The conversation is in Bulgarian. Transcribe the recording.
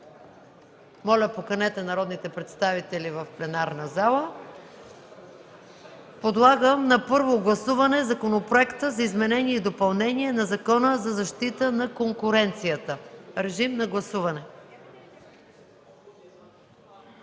Моля, поканете народните представители в пленарната зала. Подлагам на първо гласуване Законопроекта за изменение и допълнение на Закона за защита на конкуренцията. Гласувайте.